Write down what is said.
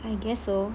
I guess so